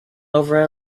over